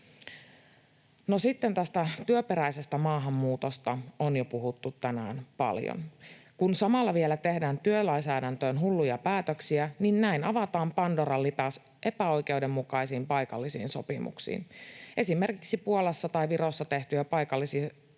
sitten tästä työperäisestä maahanmuutosta on jo puhuttu tänään paljon. Kun samalla vielä tehdään työlainsäädäntöön hulluja päätöksiä, niin näin avataan pandoran lipas epäoikeudenmukaisiin paikallisiin sopimuksiin. Esimerkiksi Puolassa tai Virossa tehtyjä paikallisia sopimuksia